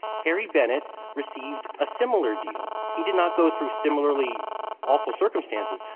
harry bennett received a similar deal. he did not go through similarly awful circumstances,